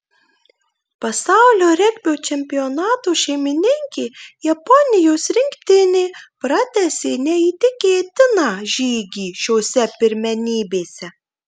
pasaulio regbio čempionato šeimininkė japonijos rinktinė pratęsė neįtikėtiną žygį šiose pirmenybėse